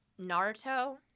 Naruto